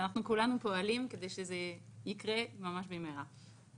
ואנחנו פועלים כדי שזה יקרה ממש במהרה.